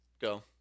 Go